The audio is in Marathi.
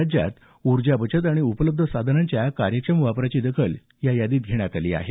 राज्यात उर्जा बचत आणि उपलब्ध साधनांच्या कार्यक्षम वापराची दखल या यादीत घेण्यात आली आहे